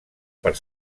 per